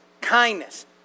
kindness